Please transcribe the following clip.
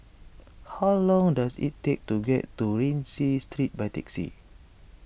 how long does it take to get to Rienzi Street by taxi